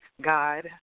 God